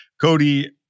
Cody